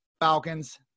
Falcons